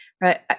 right